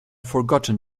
forgotten